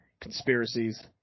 conspiracies